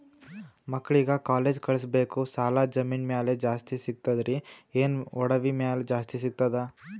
ಮಕ್ಕಳಿಗ ಕಾಲೇಜ್ ಕಳಸಬೇಕು, ಸಾಲ ಜಮೀನ ಮ್ಯಾಲ ಜಾಸ್ತಿ ಸಿಗ್ತದ್ರಿ, ಏನ ಒಡವಿ ಮ್ಯಾಲ ಜಾಸ್ತಿ ಸಿಗತದ?